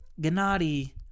Gennady